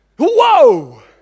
Whoa